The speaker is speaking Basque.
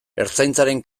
ertzaintzaren